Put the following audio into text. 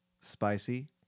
spicy